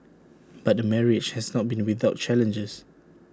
but the marriage has not been without challenges